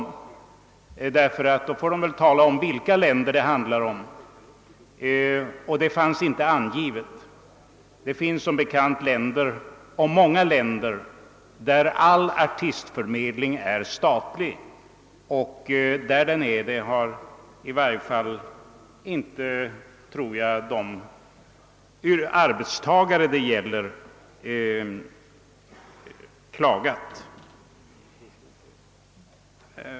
Man bör rimligen kräva att dessa personer anger vilka länder de avser, men det har de inte gjort. Det finns som bekant många länder, där all artistförmedling är statlig, och i dessa länder tror jag att i varje fall inte de arbetstagare det gäller har klagat.